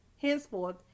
Henceforth